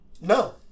No